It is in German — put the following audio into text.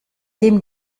dem